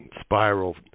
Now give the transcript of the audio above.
spiral